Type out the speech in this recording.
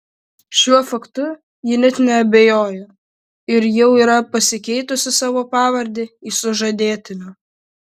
šiuo faktu ji net neabejoja ir jau yra pasikeitusi savo pavardę į sužadėtinio